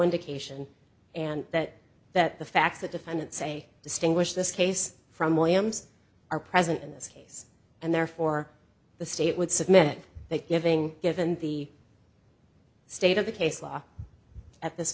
indication and that that the fact the defendant say distinguish this case from williams are present in this case and therefore the state would submit that having given the state of the case law at this